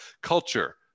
culture